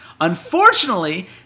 Unfortunately